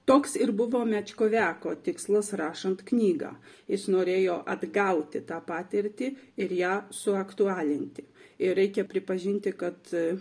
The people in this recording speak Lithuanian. toks ir buvo mečkoviako tikslas rašant knygą jis norėjo atgauti tą patirtį ir ją suaktualinti ir reikia pripažinti kad